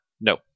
No